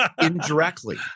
indirectly